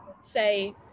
say